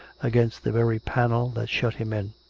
against the very panel that shut him in.